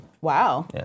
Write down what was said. Wow